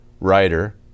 writer